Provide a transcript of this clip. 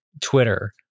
Twitter